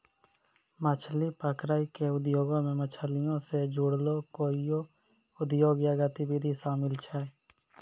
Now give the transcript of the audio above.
मछली पकरै के उद्योगो मे मछलीयो से जुड़लो कोइयो उद्योग या गतिविधि शामिल छै